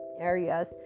areas